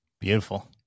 Beautiful